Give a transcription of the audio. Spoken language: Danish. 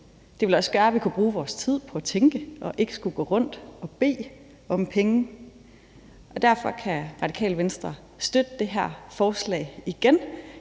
det ville også gøre, at vi kunne bruge vores tid på at tænke og ikke skulle gå rundt og bede om penge, og derfor kan Radikale Venstre igen støtte det her forslag.